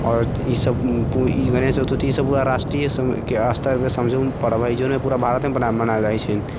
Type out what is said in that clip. आओर ईसभ पर्व गणेश चतुर्थी ईसभ पूरा राष्ट्रीय स्तरपर समझू पर्व हइ जे पूरा भारतमे राष्ट्रीय स्तरपर मनाओल जाइ छै